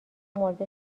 مورد